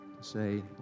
Say